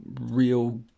real